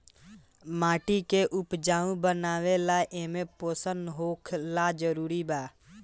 माटी के उपजाऊ बनावे ला एमे पोषण होखल जरूरी बा